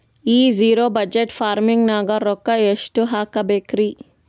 ಈ zero budget farming ನಾಗ್ ರೊಕ್ಕ ಎಷ್ಟು ಹಾಕಬೇಕರಿ?